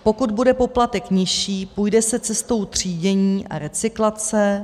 Pokud bude poplatek nižší, půjde se cestou třídění a recyklace.